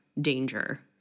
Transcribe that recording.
danger